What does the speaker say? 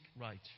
right